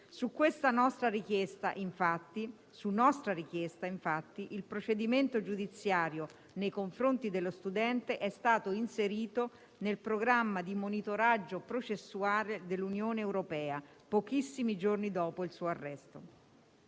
Su nostra richiesta, infatti, il procedimento giudiziario nei confronti dello studente è stato inserito nel programma di monitoraggio processuale dell'Unione europea, pochissimi giorni dopo il suo arresto.